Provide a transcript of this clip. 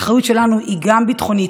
והאחריות שלנו היא גם ביטחונית